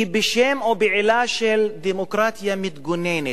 כי בשם או בעילה של דמוקרטיה מתגוננת,